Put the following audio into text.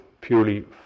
purely